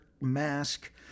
mask